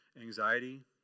anxiety